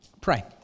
Pray